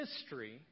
history